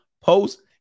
post